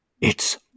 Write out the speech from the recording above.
It's